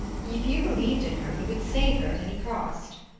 if you believed in her you would save her at any cost!